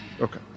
Okay